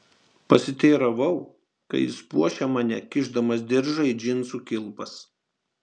pasiteiravau kai jis puošė mane kišdamas diržą į džinsų kilpas